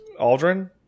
Aldrin